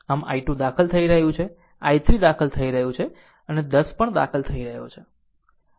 આમ i2 દાખલ થઈ રહ્યું છે i3 દાખલ થઈ રહ્યું છે અને 10 પણ દાખલ થઈ રહ્યો છે